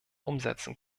umsetzen